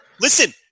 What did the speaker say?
Listen